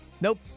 Nope